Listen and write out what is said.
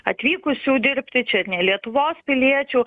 atvykusių dirbti čia ir ne lietuvos piliečių